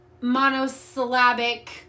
monosyllabic